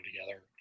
together